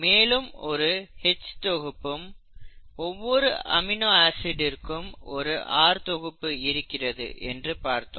மேலும் ஒரு H தொகுப்பும் ஒவ்வொரு அமினோ ஆசிடிர்கும் ஒரு R தொகுப்பு இருக்கிறது என்று பார்த்தோம்